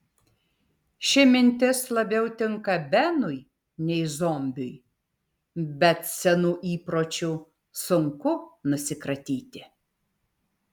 ši mintis labiau tinka benui nei zombiui bet senų įpročių sunku nusikratyti